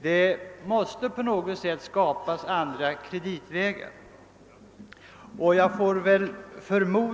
Det måste på något sätt skapas andra kreditvägar.